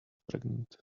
pregnant